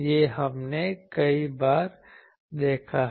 यह हमने कई बार देखा है